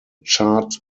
chart